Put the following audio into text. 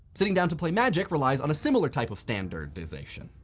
sitting down to play magic relies on a similar type of standardization.